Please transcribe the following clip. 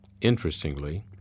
Interestingly